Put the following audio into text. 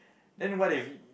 then what if we